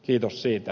kiitos siitä